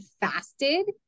fasted